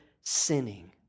sinning